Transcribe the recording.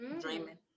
dreaming